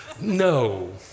No